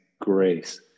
grace